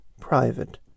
private